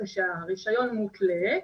זה שהרישיון מותלה,